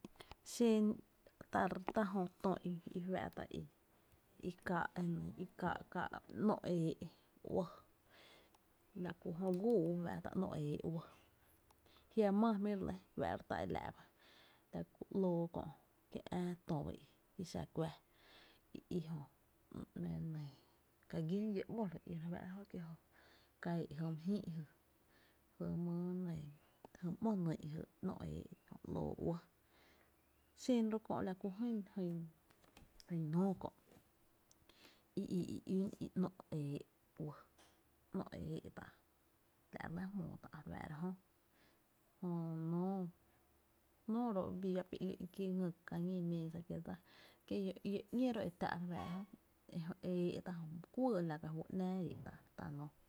Xen tá jö tö i fá’ tá’ i kaá´’ ká’, ká’, e ‘nó’ e éé’ uɇɇ, la kú jöo gúuú fá’ta’ e ‘nó’ e éé’ uɇɇ, jia maa jmí’ re lɇ, fá’ro tá’ e la’ ba la ku ‘lóo kö’ kié’ ää tö ba i kí xá’ kuⱥⱥ i i jö ne ne ka gín llóó’ ‘mó ba kié’ jö ka éé’ jy mý jïï’ jy, jy mý ´mo nyy’ nó e éé’ ‘lóó uɇɇ, xen ru’ kö’ la ku, la jyn jyn nóó kö’ i i i ún e ‘nó’ e éé’ uɇɇ, ‘nóó’ e uɇɇ, ta éé’ xén r´’ kö la kí jyn nóó kö’ i i i ún e ‘nó’ e éé’ uɇɇ ‘n´’, e éé’ tá’, nóó ro’ bii gá pói ‘´lú’n kí ngý kää ñí’ meesa, ki lló’ ‘ñó ro’ e tá’ e éé’ tá’ my kuÿy a la ka juy ‘náá éé’ tá’ nóo.